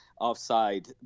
offside